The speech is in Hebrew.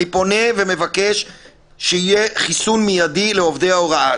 אני פונה ומבקש שיהיה חיסון מידי לעובדי ההוראה.